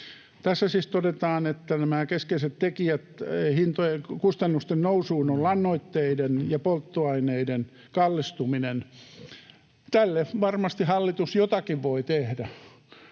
Tässä siis todetaan, että keskeiset tekijät kustannusten nousuun ovat lannoitteiden ja polttoaineiden kallistuminen. Tälle varmasti hallitus jotakin voi tehdä.